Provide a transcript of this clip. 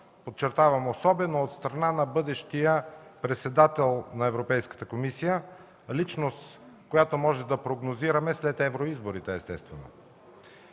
подчертавам, особено от страна на бъдещия председател на Европейската комисия, личност, която естествено може да прогнозираме след евроизборите. Ние